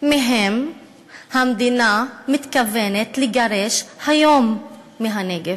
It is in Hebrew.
מהם המדינה מתכוונת לגרש היום מהנגב.